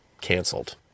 canceled